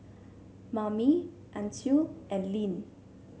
Mamie Ancil and Linn